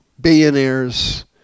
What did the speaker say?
billionaires